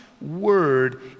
word